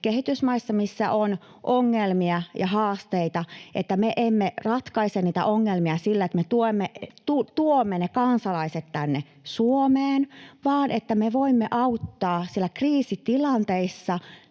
kehitysmaissa, missä on ongelmia ja haasteita, emme ratkaise niitä ongelmia sillä, että me tuomme ne kansalaiset tänne Suomeen, vaan sillä, että me voimme auttaa siellä kriisitilanteissa,